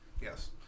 yes